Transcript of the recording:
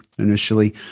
Initially